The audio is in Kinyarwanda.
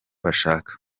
bashaka